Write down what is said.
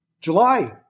July